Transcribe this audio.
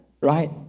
right